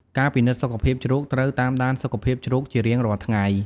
ការពិនិត្យសុខភាពជ្រូក ត្រូវតាមដានសុខភាពជ្រូកជារៀងរាល់ថ្ងៃ។